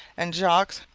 and jogues,